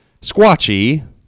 Squatchy